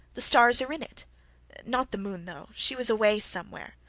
the stars are in it not the moon, though. she was away somewhere.